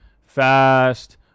fast